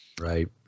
Right